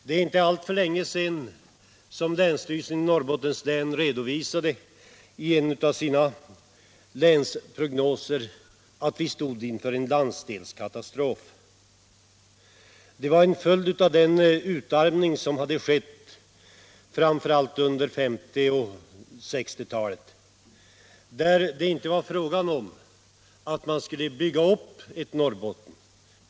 Det är inte alltför länge sedan länsstyrelsen i Norrbotten i en av sina Allmänpolitisk debatt Allmänpolitisk debatt länsprognoser redovisade att vi stod inför en landsdelskatastrof som en följd av den utarmning som hade skett framför allt under 1950 och 1960-talen.